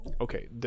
okay